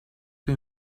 que